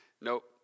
nope